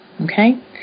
Okay